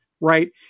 right